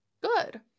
Good